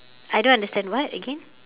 I don't understand what again